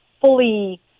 fully